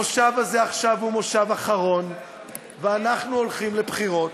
המושב הזה עכשיו הוא מושב אחרון ואנחנו הולכים לבחירות,